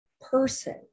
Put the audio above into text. person